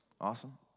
Awesome